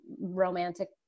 romantic